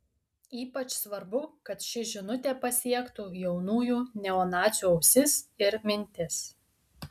ypač svarbu kad ši žinutė pasiektų jaunųjų neonacių ausis ir mintis